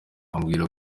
ambwira